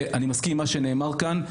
אני מסכים עם מה שנאמר כאן,